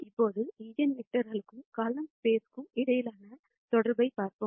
இப்போது ஈஜென்வெக்டர்களுக்கும் காலம்கள் ஸ்பேஸ் இடையிலான தொடர்பைப் பார்ப்போம்